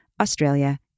Australia